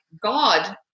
God